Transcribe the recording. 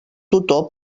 tutor